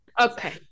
Okay